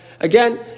Again